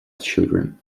children